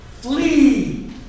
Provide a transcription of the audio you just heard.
flee